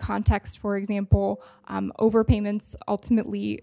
context for example over payments ultimately